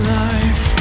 life